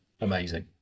amazing